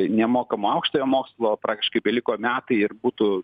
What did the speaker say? nemokamo aukštojo mokslo praktiškai beliko metai ir būtų